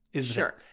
Sure